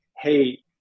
hey